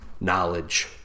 knowledge